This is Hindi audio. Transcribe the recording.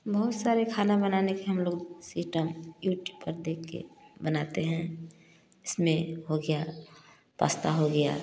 बहुत सारे खाना बनाने की हम लोग सिस्टम यूट्यूब पर देख के बनाते हैं इसमें हो गया पास्ता हो गया